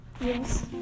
Yes